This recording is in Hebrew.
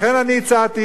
לכן אני הצעתי,